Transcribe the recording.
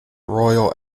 royal